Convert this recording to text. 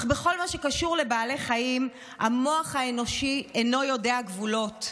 אך בכל מה שקשור לבעלי חיים המוח האנושי אינו יודע גבולות.